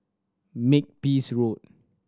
Makepeace Road